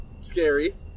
scary